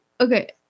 Okay